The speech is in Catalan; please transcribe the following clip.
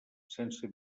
sense